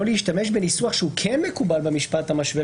להשתמש בניסוח שהוא כן מקובל במשפט המשווה.